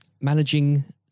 managing